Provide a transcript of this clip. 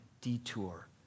detour